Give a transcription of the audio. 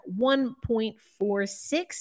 1.46